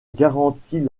garantit